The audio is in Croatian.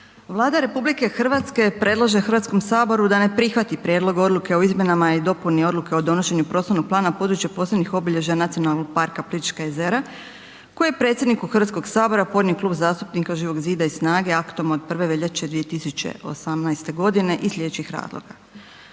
Vlada RH predlaže Hrvatskom saboru da ne prihvati Prijedlog odluke o izmjenama i dopuni odluke o donošenju prostornog plana područja posebnih obilježja NP Plitvička jezera koji je predsjedniku Hrvatskog sabora podnio Klub zastupnika Živog zida i SNAGA-e aktom od 1. veljače 2018. g. iz slijedećih razloga.